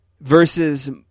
versus